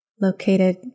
located